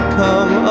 come